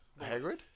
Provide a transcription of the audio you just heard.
Hagrid